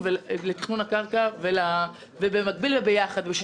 הקרקע ובמקביל וביחד בשיתוף פעולה.